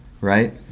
right